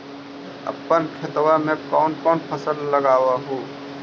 अपन खेतबा मे कौन कौन फसल लगबा हू?